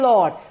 Lord